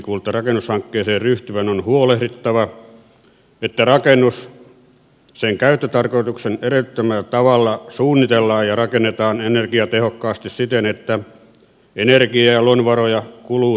rakennushankkeeseen ryhtyvän on huolehdittava että rakennus sen käyttötarkoituksen edellyttämällä tavalla suunnitellaan ja rakennetaan energiatehokkaaksi siten että energiaa ja luonnonvaroja kuluu säästeliäästi